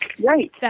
Right